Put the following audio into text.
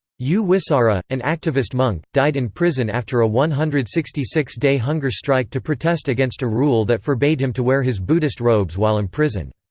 u wisara, an activist monk, died in prison after a one hundred and sixty six day hunger strike to protest against a rule that forbade him to wear his buddhist robes while imprisoned.